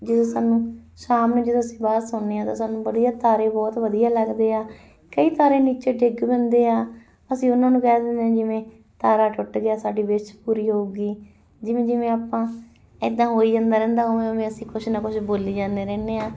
ਜੇ ਸਾਨੂੰ ਸ਼ਾਮ ਨੂੰ ਜਦੋਂ ਅਸੀਂ ਬਾਹਰ ਸੋਨੇ ਹਾਂ ਤਾਂ ਸਾਨੂੰ ਬੜੀ ਤਾਰੇ ਬਹੁਤ ਵਧੀਆ ਲੱਗਦੇ ਆ ਕਈ ਤਾਰੇ ਨੀਚੇ ਡਿੱਗ ਪੈਂਦੇ ਆ ਅਸੀਂ ਉਹਨਾਂ ਨੂੰ ਕਹਿ ਦਿੰਦੇ ਆ ਜਿਵੇਂ ਤਾਰਾ ਟੁੱਟ ਗਿਆ ਸਾਡੀ ਵਿਸ਼ ਪੂਰੀ ਹੋਊਗੀ ਜਿਵੇਂ ਜਿਵੇਂ ਆਪਾਂ ਇੱਦਾਂ ਹੋਈ ਜਾਂਦਾ ਰਹਿੰਦਾ ਉਵੇਂ ਉਵੇਂ ਅਸੀਂ ਕੁਝ ਨਾ ਕੁਝ ਬੋਲੀ ਜਾਂਦੇ ਰਹਿੰਦੇ ਹਾਂ